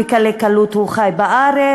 בקלי קלות הוא חי בארץ,